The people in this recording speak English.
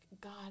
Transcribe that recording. God